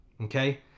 Okay